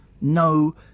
No